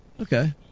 Okay